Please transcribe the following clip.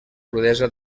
rudesa